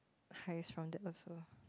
hives from that also